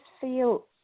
feel